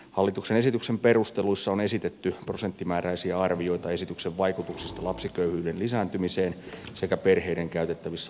hallituksen esityksen perusteluissa on esitetty prosenttimääräisiä arvioita esityksen vaikutuksista lapsiköyhyyden lisääntymiseen sekä perheiden käytettävissä oleviin tuloihin